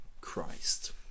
Christ